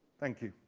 thank you.